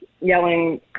yelling